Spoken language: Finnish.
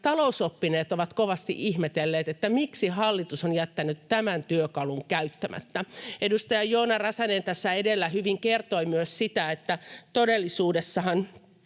talousoppineet ovat kovasti ihmetelleet: miksi hallitus on jättänyt tämän työkalun käyttämättä. Edustaja Joona Räsänen tässä edellä hyvin kertoi myös sitä, että todellisuudessahan